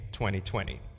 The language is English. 2020